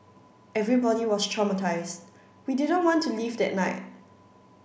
everybody was traumatised we didn't want to leave that night